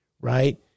Right